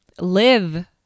live